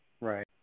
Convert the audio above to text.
Right